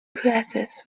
glasses